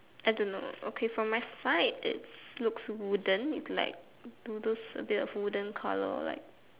I don't know okay from my side it's looks wooden it's like you know those a bit of wooden colour like